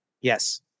yes